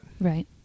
Right